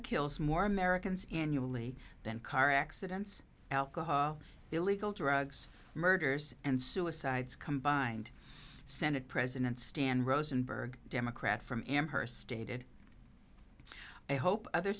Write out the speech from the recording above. kills more americans in yulee than car accidents alcohol illegal drugs murders and suicides combined senate president stand rosenberg democrat from him her stated i hope other